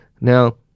Now